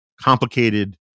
complicated